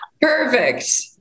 Perfect